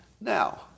Now